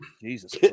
Jesus